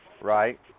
Right